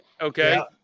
okay